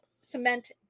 cement